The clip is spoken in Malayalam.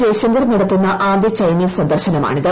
ജയശങ്കർ നടത്തുന്ന ആദ്യ ചൈനീസ് സന്ദർശനമാണിത്